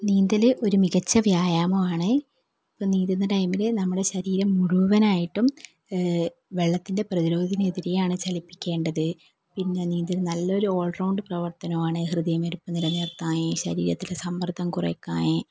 നീന്തൽ ഒരു മികച്ച വ്യായാമം ആണ് ഇപ്പം നീന്തുന്ന ടൈമിൽ ശരീരം മുഴുവനായിട്ടും വെള്ളത്തിൻ്റെ പ്രതിരോധത്തിനെതിരെയാണ് ചലിപ്പിക്കേണ്ടത് പിന്നെ നീന്തൽ നല്ലൊരു ഓൾ റൗണ്ട് പ്രവർത്തനമാണ് ഹൃദയമിടിപ്പ് നിലനിർത്താനായി ശരീരത്തിലെ സമ്മർദ്ദം കുറക്കാനായി